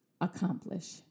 accomplish